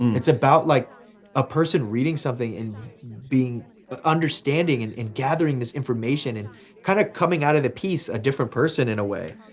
it's about like a person reading something and being but understanding and in gathering this information, and kind of coming out of the piece a different person, in a way.